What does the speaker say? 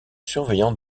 surveillant